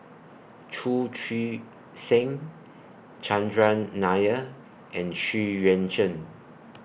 Chu Chee Seng Chandran Nair and Xu Yuan Zhen